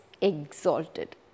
exalted